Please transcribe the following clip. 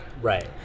Right